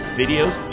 videos